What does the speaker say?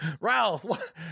ralph